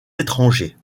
étrangers